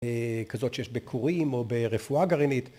‫כזאת שיש בכורים, ‫או ברפואה גרעינית.